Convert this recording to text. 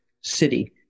City